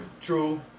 True